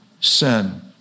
sin